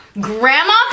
Grandma